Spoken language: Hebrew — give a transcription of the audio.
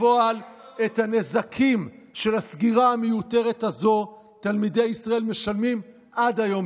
בפועל את הנזקים של הסגירה המיותרת הזו תלמידי ישראל משלמים עד היום,